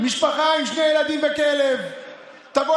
הולכים לעשות בדיקות גם כשהם לא מרגישים תסמינים,